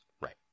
Right